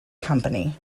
company